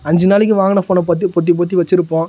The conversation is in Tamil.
அஞ்சு நாளைக்கி வாங்கின ஃபோனை பொற்றி பொற்றி பொற்றி வச்சிருப்போம்